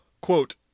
quote